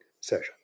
sessions